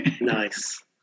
Nice